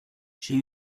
j’ai